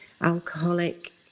alcoholic